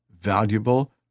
valuable